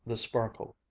the sparkle.